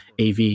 AV